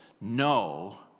no